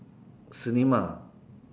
cinema